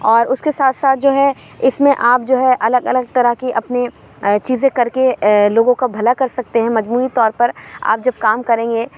اور اس کے ساتھ ساتھ جو ہے اس میں آپ جو ہے الگ الگ طرح کی اپنی چیزیں کر کے لوگوں کا بھلا کر سکتے ہیں مجموعی طور پر آپ جب کام کریں گے